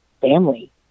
family